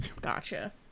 Gotcha